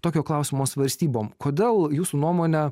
tokio klausimo svarstybom kodėl jūsų nuomone